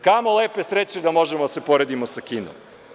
Kamo lepe sreće da možemo da se poredimo sa Kinom.